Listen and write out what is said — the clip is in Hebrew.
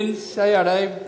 מאז הגעתי